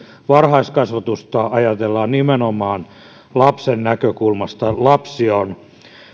varhaiskasvatusta ajatellaan nimenomaan lapsen näkökulmasta lapsi on